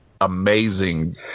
amazing